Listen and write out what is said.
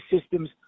systems